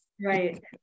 Right